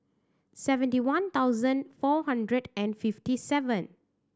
seventy one thousand four hundred and fifty seven